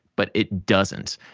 but it doesn't.